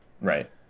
Right